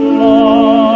love